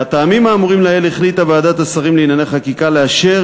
מהטעמים האמורים לעיל החליטה ועדת השרים לענייני חקיקה לאשר